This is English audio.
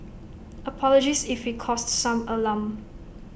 apologies if we caused some alarm